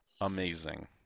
Amazing